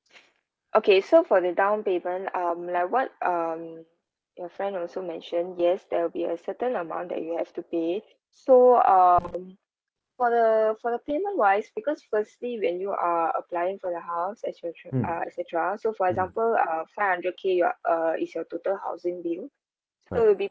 okay so for the down payment um like what um your friend also mentioned yes there will be a certain amount that you have to pay so um for the for the payment wise because firstly when you are applying for the house uh etcetera so for example uh five hundred K your err is your total housing bill so you will be